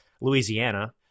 Louisiana